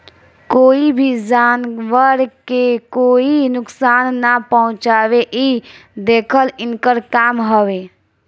कोई भी जानवर के कोई नुकसान ना पहुँचावे इ देखल इनकर काम हवे